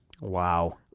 Wow